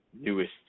newest